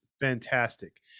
fantastic